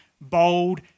bold